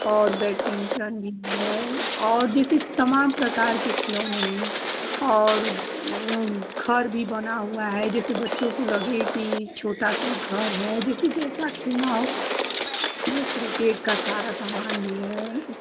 और बैटिंग करनी है और जैसे तमाम प्रकार कि खिलौने हैं और घर भी बना हुआ है जैसे बच्चों को लगे कि छोटा सा घर है जिसे जैसा खेलना हो क्रिकेट का सारा सामान है